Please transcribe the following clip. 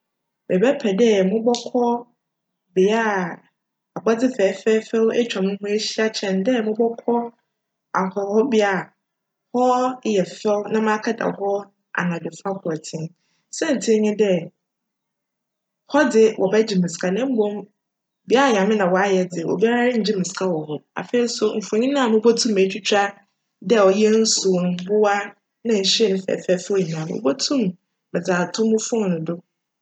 Mebjpj dj mobckc bea abcdze fjfjjfjw etwa moho ehyia kyjn dj mobckc ahchobea hc yj fjw na m'aka da hc anadwe fa kortsee. Siantsir nye dj, hc dze wcbjgye me sika na mbom bea Nyame na wcayj no, obiara renngye me sika wc hc. Afei so mfonyin a mobotum etwitwa dj cyj nsu, mbowa, na nhyiren fjfjjfjw nyina mobotum dze ato mo "phone" do.